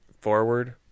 forward